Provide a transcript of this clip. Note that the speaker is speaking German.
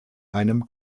einem